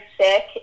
sick